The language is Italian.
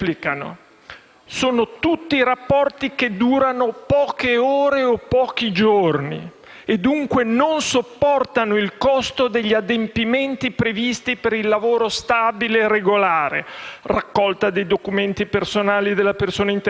Sono tutti rapporti che durano poche ore o pochi giorni e, dunque, non sopportano il costo degli adempimenti previsti per il lavoro stabile regolare: raccolta dei documenti personali della persona interessata,